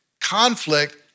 Conflict